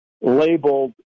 labeled